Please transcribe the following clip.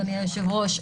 אדוני היושב-ראש,